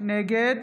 נגד